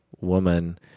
woman